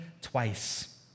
twice